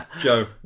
Joe